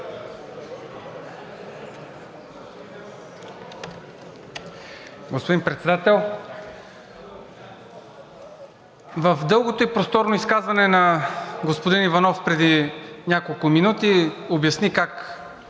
Господин Председател! В дългото и просторно изказване на господин Иванов отпреди няколко минути се обясни как